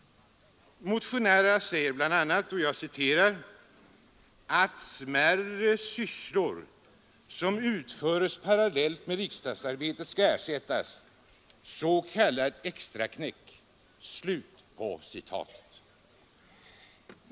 Motionärerna säger bl.a. att ”smärre sysslor som utföres parallellt med riksdagsarbetet skall ersättas — s.k. extraknäck”.